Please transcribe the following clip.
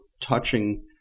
touching